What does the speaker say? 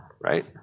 right